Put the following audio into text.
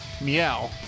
meow